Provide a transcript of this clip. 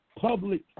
public